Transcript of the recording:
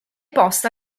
posta